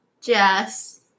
Jess